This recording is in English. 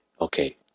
Okay